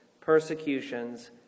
persecutions